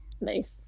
Nice